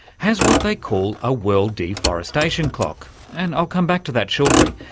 has what they call a world deforestation clock and i'll come back to that shortly,